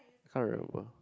can't remember